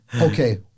okay